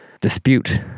dispute